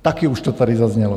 Také už to tady zaznělo.